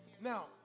Now